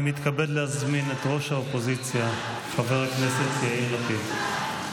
אני מתכבד להזמין את ראש האופוזיציה חבר הכנסת יאיר לפיד.